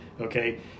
Okay